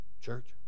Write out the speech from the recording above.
Church